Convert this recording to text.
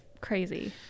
crazy